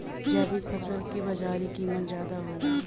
जैविक फसल क बाजारी कीमत ज्यादा होला